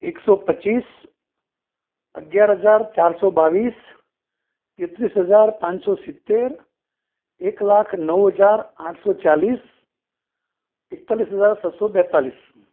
એકસો પચીસ અગિયાર હજાર ચારસો બાવીસ તેંત્રીસ હજાર પાંચસો સિત્તેર એક લાખ નવ હજાર આઠસો ચાલીસ એકતાળીસ હજાર છસ્સો બેંતાલીસ